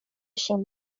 ŝin